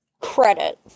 Credit